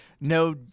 No